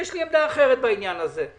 לי יש עמדה אחרת בעניין הזה.